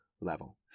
level